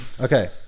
okay